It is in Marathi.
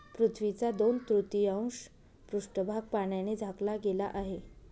पृथ्वीचा दोन तृतीयांश पृष्ठभाग पाण्याने झाकला गेला आहे